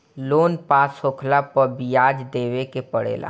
loan pass होखला पअ बियाज देवे के पड़ेला